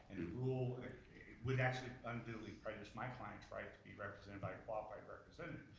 and and rule with actually unduly prejudice, my client's right to be represented by a qualified but so